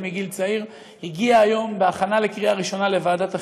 מגיל צעיר הגיעה היום להכנה לקריאה ראשונה לוועדת החינוך.